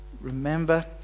Remember